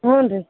ಹ್ಞೂ ರೀ